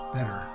Better